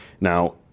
Now